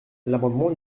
l’amendement